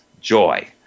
joy